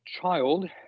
child